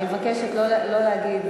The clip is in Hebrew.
אני מבקשת שלא להגיד,